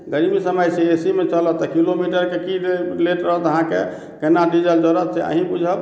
गर्मी समय छै ए सी मे चलत तऽ किलोमीटरके की रेट रहत अहाँके केना डीजल जरत से अहीं बुझब